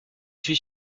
suis